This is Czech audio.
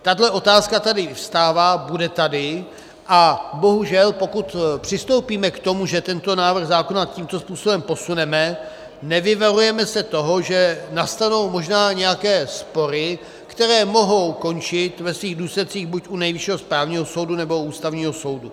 Tahle otázka tady vyvstává, bude tady, a bohužel pokud přistoupíme k tomu, že tento návrh zákona tímto způsobem posuneme, nevyvarujeme se toho, že nastanou možná nějaké spory, které mohou končit ve svých důsledcích buď u Nejvyššího správního soudu, nebo u Ústavního soudu.